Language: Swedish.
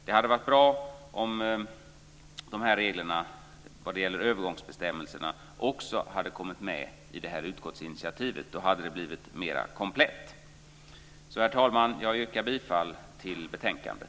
Det hade varit bra om reglerna om övergångsbestämmelserna också hade kommit med i utskottsinitiativet. Då hade det blivit mer komplett. Herr talman! Jag yrkar bifall till hemställan i betänkandet.